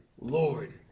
Lord